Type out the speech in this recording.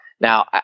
Now